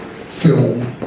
film